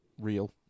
real